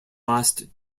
last